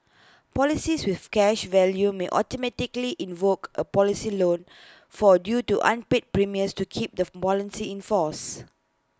policies with cash value may automatically invoke A policy loan for A due to unpaid premiums to keep the policy in force